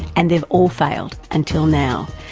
and they've all failed until now.